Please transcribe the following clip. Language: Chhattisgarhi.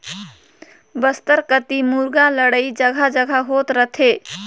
बस्तर कति मुरगा लड़ई जघा जघा होत रथे